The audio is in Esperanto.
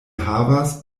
havas